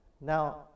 Now